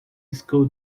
school